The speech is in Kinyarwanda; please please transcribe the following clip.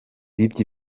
bibye